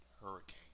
hurricane